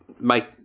make